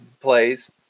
plays